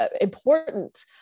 important